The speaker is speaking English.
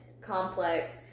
complex